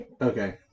Okay